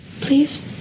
Please